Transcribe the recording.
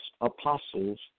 apostles